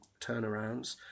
turnarounds